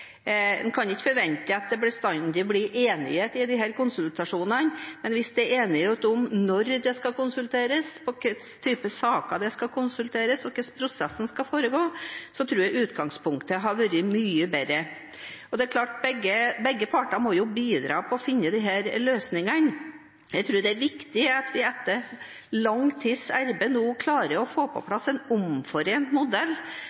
En kan ikke forvente at det bestandig blir enighet i disse konsultasjonene, men hvis det er enighet om når det skal konsulteres, hvilken type saker det skal konsulteres om, og hvordan prosessen skal foregå, tror jeg utgangspunktet hadde vært mye bedre. Og det er klart at begge parter må jo bidra til å finne disse løsningene. Jeg tror det er viktig at vi etter lang tids arbeid nå klarer å få på plass en omforent modell